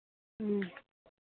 ह्म्म